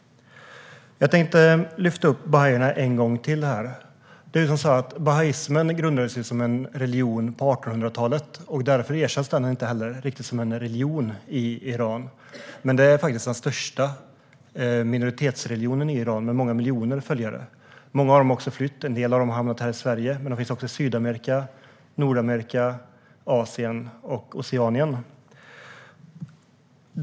Jag tänkte lyfta upp bahaierna en gång till. Bahai grundades som en religion på 1800-talet, och därför erkänns den heller inte riktigt som en religion i Iran. Det är dock den största minoritetsreligionen i Iran, med många miljoner följare. Många av dem har också flytt, och en del av dem har hamnat här i Sverige. De finns även i Sydamerika, Nordamerika, Asien och Oceanien.